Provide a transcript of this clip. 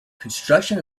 construction